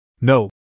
No